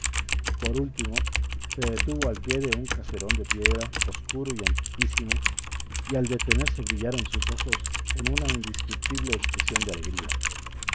por último se detuvo al pie de un caserón de piedra oscuro y antiquísimo y al detenerse brillaron sus ojos con una indescriptible expresión de alegría